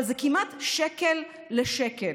אבל זה כמעט שקל לשקל.